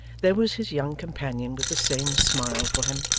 there was his young companion with the same smile for him,